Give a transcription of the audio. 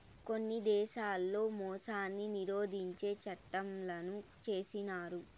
కొన్ని దేశాల్లో మోసాన్ని నిరోధించే చట్టంలను చేసినారు